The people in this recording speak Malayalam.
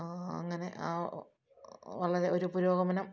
അങ്ങനെ ആ വളരെ ഒരു പുരോഗമനം